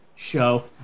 show